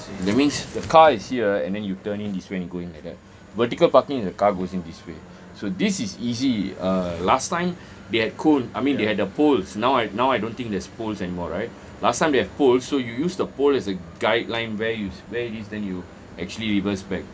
that means the car is here and then you turn in this way then you go in like that vertical parking the car goes in this way so this is easy err last time they had cool I mean they had the poles now I now I don't think there's poles anymore right last time they have poles so you use the pole as a guideline where you where it is then you actually reverse back